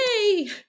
yay